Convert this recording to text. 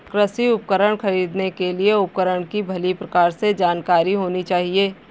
कृषि उपकरण खरीदने के लिए उपकरण की भली प्रकार से जानकारी होनी चाहिए